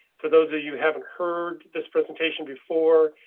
for those that you haven't heard this presentation before,